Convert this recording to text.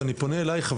אני פונה אליך,